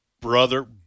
brother